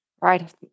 right